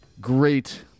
great